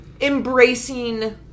embracing